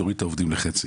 תוריד את העובדים לחצי.